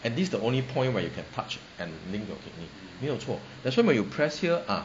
and this is the only point where you can touch and link to your kidney 没有错 that's why when you press here ah